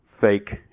fake